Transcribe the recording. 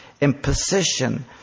imposition